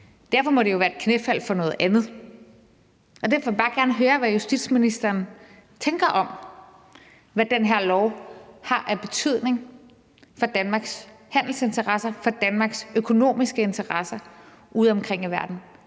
Derfor må det jo være et knæfald for noget andet. Derfor vil jeg bare gerne høre, hvad justitsministeren tænker om, hvad den her lov har af betydning for Danmarks handelsinteresser og for Danmarks økonomiske interesser udeomkring i verden.